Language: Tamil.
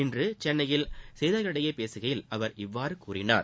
இன்று சென்னையில் செய்தியாளர்களிடம் பேசுகையில் அவர் இவ்வாறு கூறினார்